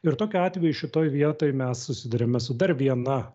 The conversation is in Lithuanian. ir tokiu atveju šitoj vietoj mes susiduriame su dar viena